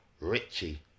Richie